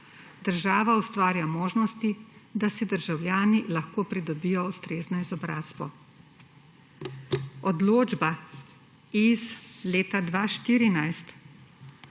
Država ustvarja možnosti, da si državljani lahko pridobijo ustrezno izobrazbo.« Odločba iz leta 2014